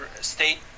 state